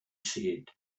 said